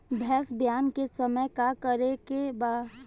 भैंस ब्यान के समय का करेके बा?